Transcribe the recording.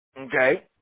Okay